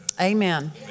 Amen